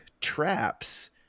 traps